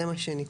זה מה שנקבע,